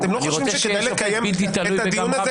אתם לא חושבים שכדאי לקיים את הדיון הזה